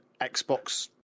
Xbox